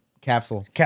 capsule